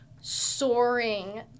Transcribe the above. soaring